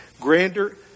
grander